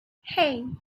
hey